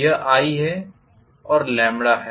यह i है और है